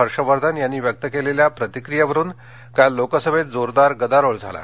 हर्षवर्धन यांनी व्यक्त केलेल्या प्रतिक्रियेवरून काल लोकसभेत जोरदार गदारोळ झाला